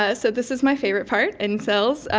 ah so, this is my favorite part incels.